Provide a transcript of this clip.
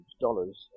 dollars